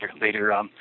later